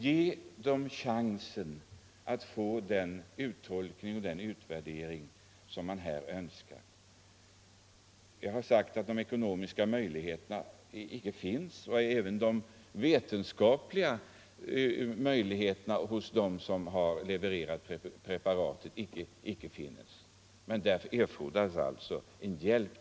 Ge dem chansen att få fram den uttolkning och utvärdering som man önskar. Jag har sagt att de ekonomiska och vetenskapliga möjligheterna till detta icke finns hos dem som har levererat preparaten. Det erfordras alltså hjälp.